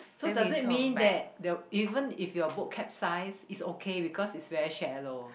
so does it mean that the even if your bookcap size is okay because it's very shallow